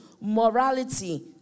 morality